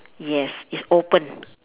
yes it's open